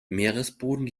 meeresboden